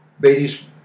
Beatty's